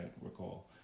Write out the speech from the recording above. recall